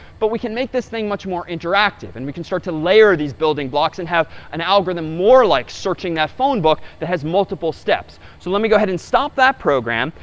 but we can make this thing much more interactive and we can start to layer these building blocks and have an algorithm more like searching that phone book, that has multiple steps. so let me go ahead and stop that program.